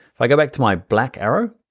if i go back to my black arrow,